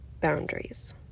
boundaries